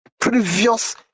previous